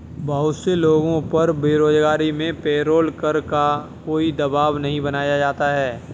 बहुत से लोगों पर बेरोजगारी में पेरोल कर का कोई दवाब नहीं बनाया जाता है